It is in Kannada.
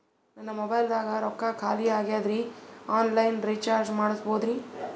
ನನ್ನ ಮೊಬೈಲದಾಗ ರೊಕ್ಕ ಖಾಲಿ ಆಗ್ಯದ್ರಿ ಆನ್ ಲೈನ್ ರೀಚಾರ್ಜ್ ಮಾಡಸ್ಬೋದ್ರಿ?